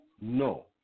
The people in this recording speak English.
No